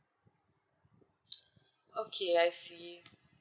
okay I see